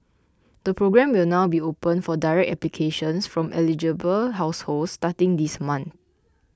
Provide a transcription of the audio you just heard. the programme will now be open for direct applications from eligible households starting this month